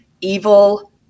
evil